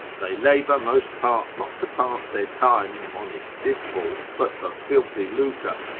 they labour most part not to pass their time in honest disport, but for filthy lucre,